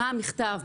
מה המכתב?